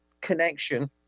connection